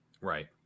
right